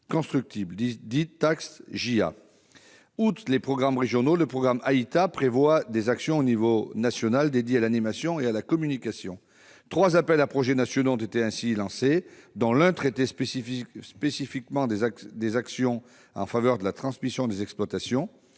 constructibles, dite « taxe JA ». Outre les programmes régionaux, le programme AITA prévoit des actions à l'échelon national dédiées à l'animation et à la communication. Trois appels à projets nationaux ont ainsi été lancés, dont l'un traitait spécifiquement des actions en faveur de la transmission des exploitations.